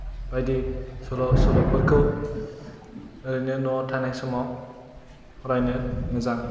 बायदि सल' सल'फोरखौ ओरैनो न'आव थानाय समाव फरायनो मोजां